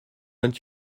vingt